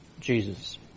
Jesus